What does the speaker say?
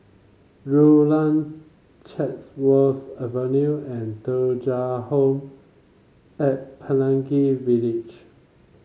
Rulang Chatsworth Avenue and Thuja Home at Pelangi Village